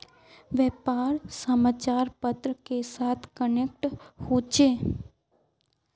व्यापार समाचार पत्र के साथ कनेक्ट होचे?